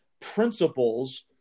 principles